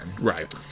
Right